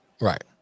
right